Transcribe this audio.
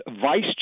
vice